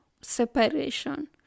separation